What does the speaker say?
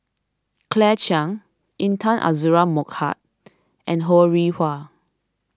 Claire Chiang Intan Azura Mokhtar and Ho Rih Hwa